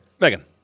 Megan